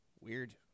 Weird